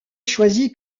choisi